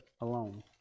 alone